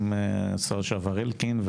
עם השר לשעבר אלקין,